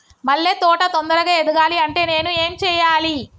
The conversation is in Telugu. మల్లె తోట తొందరగా ఎదగాలి అంటే నేను ఏం చేయాలి?